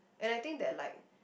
and I think that like